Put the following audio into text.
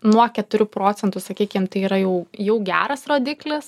nuo keturių procentų sakykim tai yra jau jau geras rodiklis